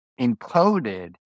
encoded